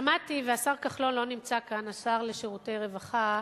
שמעתי, השר כחלון לא נמצא כאן, השר לשירותי רווחה,